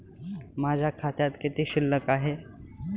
माझ्या खात्यात किती शिल्लक आहे?